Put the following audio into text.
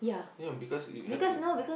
ya because you have to